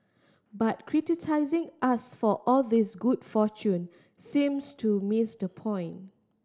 but criticising us for all this good fortune seems to miss the point